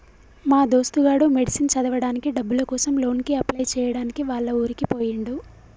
మా దోస్తు గాడు మెడిసిన్ చదవడానికి డబ్బుల కోసం లోన్ కి అప్లై చేయడానికి వాళ్ల ఊరికి పోయిండు